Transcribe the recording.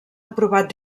aprovat